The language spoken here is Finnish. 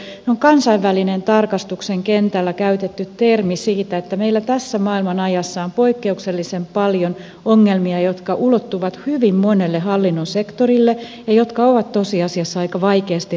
se on kansainvälinen tarkastuksen kentällä käytetty termi siitä että meillä tässä maailman ajassa on poikkeuksellisen paljon ongelmia jotka ulottuvat hyvin monelle hallinnon sektorille ja jotka ovat tosiasiassa aika vaikeasti ratkaistavissa